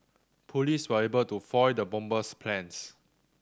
police were able to foil the bomber's plans